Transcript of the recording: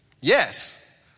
Yes